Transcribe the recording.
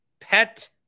pet